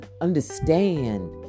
understand